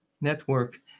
network